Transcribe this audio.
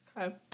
Okay